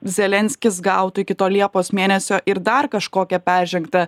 zelenskis gautų iki to liepos mėnesio ir dar kažkokią peržengtą